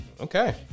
Okay